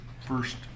first